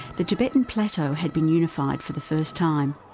the tibetan plateau had been unified for the first time,